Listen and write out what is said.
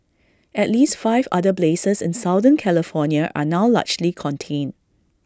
at least five other blazes in southern California are now largely contained